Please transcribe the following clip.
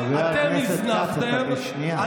חבר הכנסת כץ, אתה בשנייה.